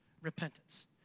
repentance